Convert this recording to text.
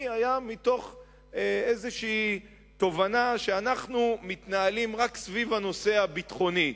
היה מתוך איזו תובנה שאנחנו מתנהלים רק סביב הנושא הביטחוני,